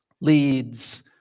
leads